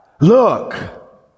look